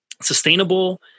sustainable